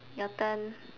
your turn